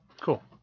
Cool